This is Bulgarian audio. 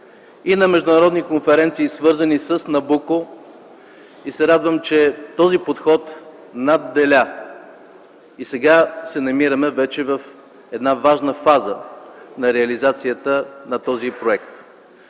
и на международни конференции, свързани с „Набуко”. Радвам се, че този подход надделя. Сега се намираме вече в една важна фаза на реализацията на този проект.